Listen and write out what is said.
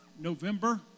November